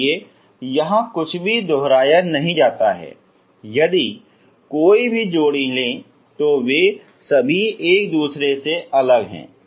इसलिए यहां कुछ भी दोहराया नहीं जाता है यदि कोई भी जोड़ी लें तो वे सभी एक दूसरे से अलग हैं